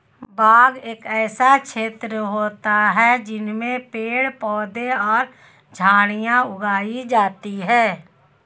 बाग एक ऐसा क्षेत्र होता है जिसमें पेड़ पौधे और झाड़ियां उगाई जाती हैं